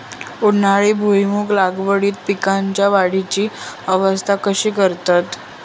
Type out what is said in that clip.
उन्हाळी भुईमूग लागवडीत पीकांच्या वाढीची अवस्था कशी करतत?